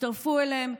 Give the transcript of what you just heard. הצטרפו אליהם,